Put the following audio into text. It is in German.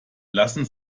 lassen